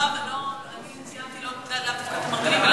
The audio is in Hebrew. לא שאלתי דווקא על רופאים מרדימים,